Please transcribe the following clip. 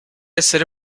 essere